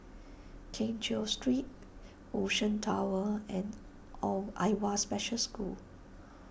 Keng Cheow Street Ocean Towers and Oh Awwa Special School